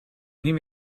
niet